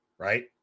right